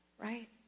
Right